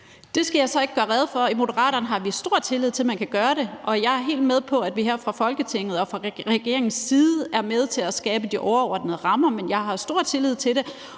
Det skal jeg så ikke kunne gøre rede for. I Moderaterne har vi stor tillid til, at man kan gøre det, og jeg er helt med på, at vi her fra Folketingets og fra regeringens side er med til at skabe de overordnede rammer. Jeg har stor tillid til det,